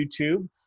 YouTube